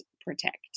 protect